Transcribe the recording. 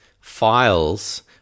files